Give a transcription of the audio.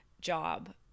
job